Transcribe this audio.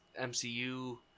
MCU